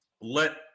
let